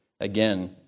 again